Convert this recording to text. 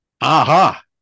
Aha